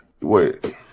Wait